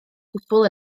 gwbl